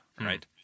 right